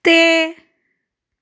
ਤੇ